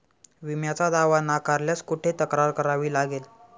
विम्याचा दावा नाकारल्यास कुठे तक्रार करावी लागेल?